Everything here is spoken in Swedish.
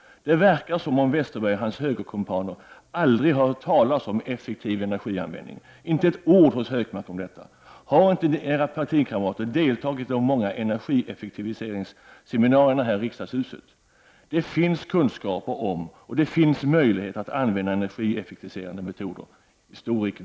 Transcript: Det verkar som om Bengt Westerberg och hans högerkumpaner aldrig har hört talas om effektiv energianvändning. Det förekommer inte ett ord från Gunnar Hökmark om detta. Har inte era partikamrater deltagit i de många energieffektiviseringsseminarierna i riksdagshuset? Det finns kunskaper och det finns möjligheter att använda energieffektiviserande metoder.